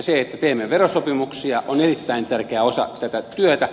se että teemme verosopimuksia on erittäin tärkeä osa tätä työtä